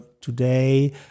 today